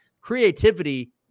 creativity